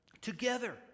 Together